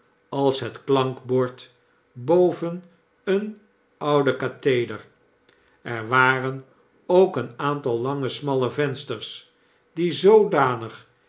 als het klankbord boven een ouden katheder er waren ook een aantal lange smalle vensters die zoodanig